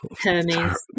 Hermes